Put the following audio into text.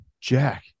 Jack